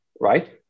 Right